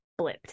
blipped